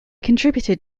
contributed